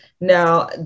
Now